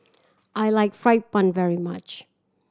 I like fried bun very much